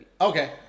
Okay